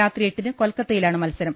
രാത്രി എട്ടിന് കൊൽക്കത്തയിലാണ് മത്സരം